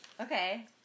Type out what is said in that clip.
okay